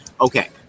Okay